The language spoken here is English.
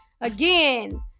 Again